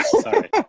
Sorry